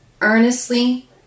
earnestly